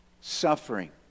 suffering